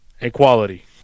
Equality